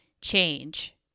change